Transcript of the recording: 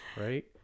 right